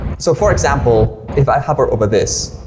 so for example, if i hover over this,